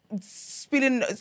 spilling